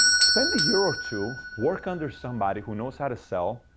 spend a year or two, work under somebody who knows how to sell,